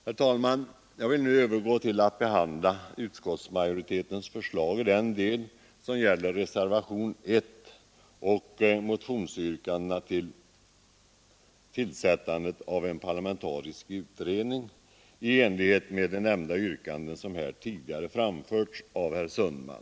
Herr talman! Jag vill nu övergå till att behandla utskottsmajoritetens förslag i den del som gäller reservationen 1 och motionsyrkandena om tillsättandet av en parlamentarisk utredning i enlighet med nämnda yrkanden, som här tidigare framförts av herr Sundman.